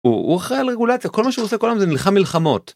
אוכל רגולציה כל מה שעושה כל זה נלחם מלחמות.